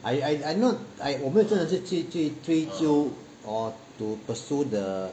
I I I not 我没有去真的去去去追究 or to pursue the